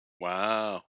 Wow